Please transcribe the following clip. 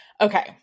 Okay